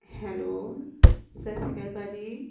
hello ਸਤਿ ਸ਼੍ਰੀ ਅਕਾਲ ਭਾਅ ਜੀ